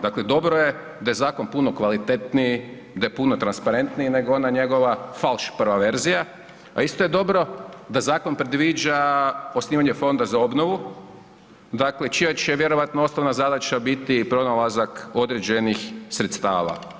Dakle, dobro je da je zakon puno kvalitetniji, da je puno transparentniji nego ona njegova falš prva verzija, a isto je dobro da zakon predviđa osnivanje Fonda za obnovu, dakle, čija će vjerojatno osnovna zadaća biti pronalazak određenih sredstava.